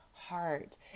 Heart